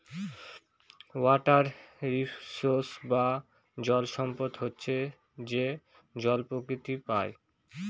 water resource বা জল সম্পদ হচ্ছে যে জল প্রকৃতিতে পাই